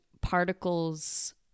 particles